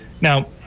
now